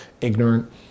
ignorant